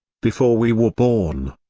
before we were born,